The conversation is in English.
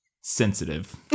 sensitive